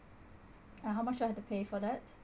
uh how much do I have to pay for that